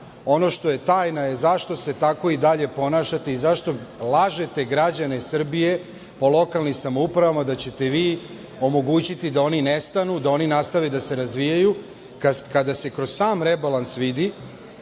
što je tajna - zašto se i dalje tako ponašate i zašto lažete građane Srbije po lokalnim samoupravama da ćete vi omogućiti da oni ne stanu, da oni nastave da se razvijaju, kada se kroz sam rebalans vidi